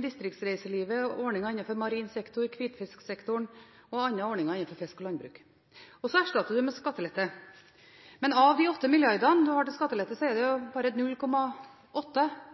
distriktsreiselivet, ordninger innenfor marin sektor, hvitfisksektoren og andre ordninger innenfor fiske og landbruk. Og det erstattes med skattelette. Men av de 8 mrd. kr man har til skattelette, er det bare 0,8